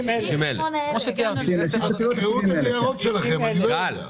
60,000. תקראו את הניירות שלכם, אני לא יודע.